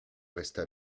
resta